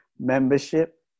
membership